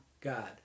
God